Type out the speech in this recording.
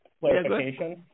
clarification